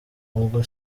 ubwo